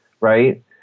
right